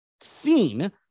seen